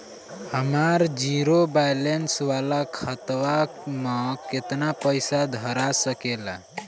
हमार zero balance वाला खतवा म केतना पईसा धरा सकेला?